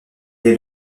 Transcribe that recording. est